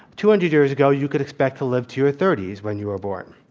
two hundred years ago you could expect to live to your thirty s when you were born.